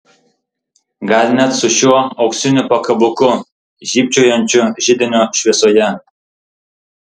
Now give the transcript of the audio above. gal net su šiuo auksiniu pakabuku žybčiojančiu židinio šviesoje